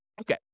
Okay